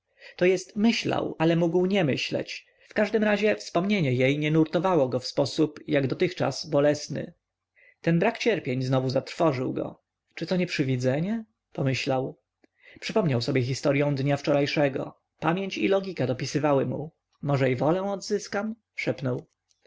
to jest myślał ale mógł nie myśleć w każdym razie wspomnienie jej nie nurtowało go w sposób jak dotychczas bolesny ten brak cierpień znowu zatrwożył go czy to nie przywidzenie pomyślał przypomniał sobie historyą dnia wczorajszego pamięć i loika dopisywały mu może i wolę odzyskam